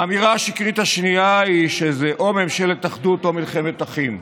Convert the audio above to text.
האמירה השקרית השנייה היא שזה או ממשלת אחדות או מלחמת אחים.